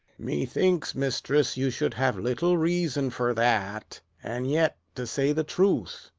methinks, mistress, you should have little reason for that. and yet, to say the truth,